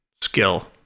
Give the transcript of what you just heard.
skill